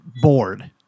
bored